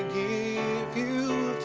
e few